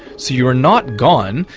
so you're not gone,